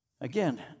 Again